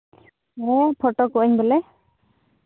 ᱦᱮᱸ ᱯᱷᱳᱴᱳ ᱠᱚᱜ ᱟᱹᱧ ᱵᱚᱞᱮ